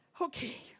okay